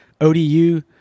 ODU